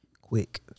Quick